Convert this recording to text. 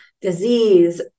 disease